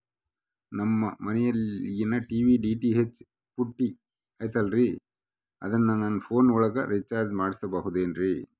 ನಮ್ಮ ಮನಿಯಾಗಿನ TV DTH ಪುಟ್ಟಿ ಐತಲ್ರೇ ಅದನ್ನ ನನ್ನ ಪೋನ್ ಒಳಗ ರೇಚಾರ್ಜ ಮಾಡಸಿಬಹುದೇನ್ರಿ?